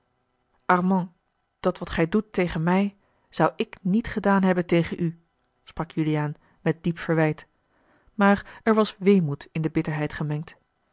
armand dat wat gij doet tegen mij zou ik niet gedaan hebben tegen u sprak juliaan met diep verwijt maar er was weemoed in de bitterheid gemengd